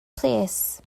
plîs